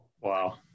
Wow